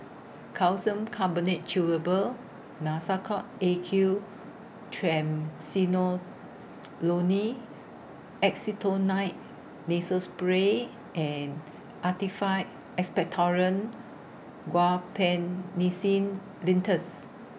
Calcium Carbonate Chewable Nasacort A Q Triamcinolone Acetonide Nasal Spray and Actified Expectorant Guaiphenesin Linctus